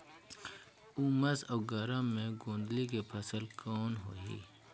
उमस अउ गरम मे गोंदली के फसल कौन होही?